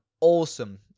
awesome